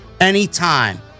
anytime